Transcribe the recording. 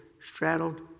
straddled